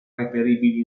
reperibili